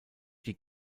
die